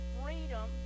freedom